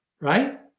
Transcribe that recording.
Right